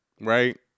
right